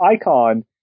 icon